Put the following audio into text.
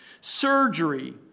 surgery